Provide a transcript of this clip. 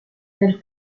del